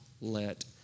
let